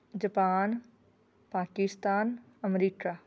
Japan Pakistan America